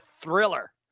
thriller